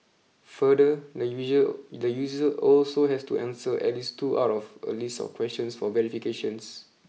further the the user also has to answer at least two out of a list of questions for verification